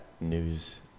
news